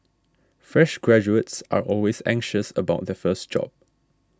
fresh graduates are always anxious about their first job